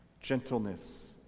Gentleness